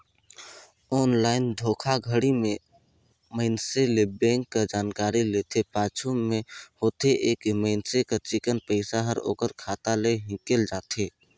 online धोखाघड़ी में मइनसे ले बेंक कर जानकारी लेथे, पाछू में होथे ए कि मइनसे कर चिक्कन पइसा हर ओकर खाता ले हिंकेल जाथे